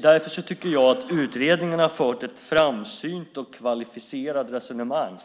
Därför tycker jag att utredningen har fört ett framsynt och kvalificerat resonemang